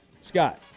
Scott